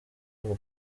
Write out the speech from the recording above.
ivuga